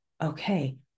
okay